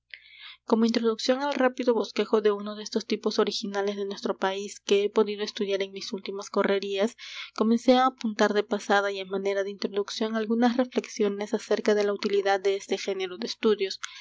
como introducción al rápido bosquejo de uno de esos tipos originales de nuestro país que he podido estudiar en mis últimas correrías comencé á apuntar de pasada y á manera de introducción algunas reflexiones acerca de la utilidad de este género de estudios